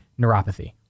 neuropathy